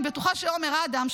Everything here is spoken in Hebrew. אני בטוחה שעומר אדם,